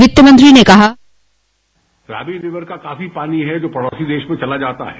वित्तमंत्री ने कहा रावी रिवर का काफी पानी है जो पड़ोसी देश में चला जाता है